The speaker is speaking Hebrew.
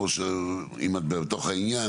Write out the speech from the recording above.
או שאם את בתוך העניין,